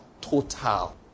Total